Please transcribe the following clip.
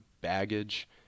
baggage